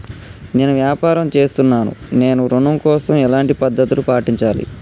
నేను వ్యాపారం చేస్తున్నాను నేను ఋణం కోసం ఎలాంటి పద్దతులు పాటించాలి?